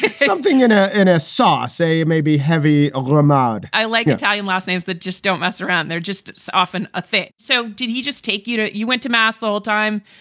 something in a in a saw. say it may be heavy. a grammont i like italian last names that just don't mess around. they're just so often a thing. so did he just take you to you went to mass all time.